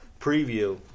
preview